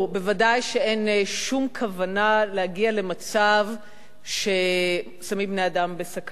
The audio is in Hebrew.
ודאי שאין שום כוונה להגיע למצב ששמים בני-אדם בסכנה.